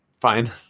Fine